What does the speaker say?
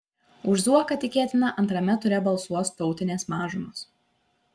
už zuoką tikėtina antrame ture balsuos tautinės mažumos